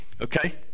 okay